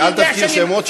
אתה אל תזכיר שמות,